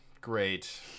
Great